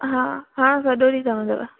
हा हा सॼो ॾींहुं रहंदव